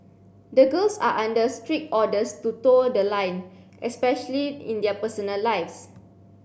the girls are under strict orders to toe the line especially in their personal lives